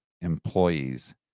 employees